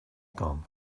gone